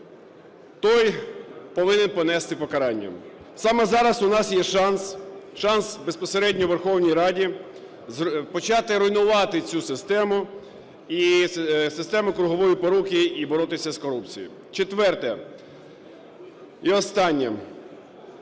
той повинен понести покарання. Саме зараз у нас є шанс, шанс безпосередньо у Верховній Раді, почати руйнувати цю систему і систему кругової поруки і боротися з корупцією. Четверте і останнє.